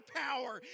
power